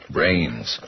Brains